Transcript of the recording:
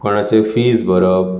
कोणाचे फीस भरप